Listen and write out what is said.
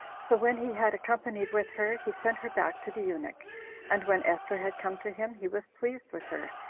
so when he had accompanied with her, he sent her back to the eunuch and when esther had come to him, he was pleased with her,